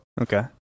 Okay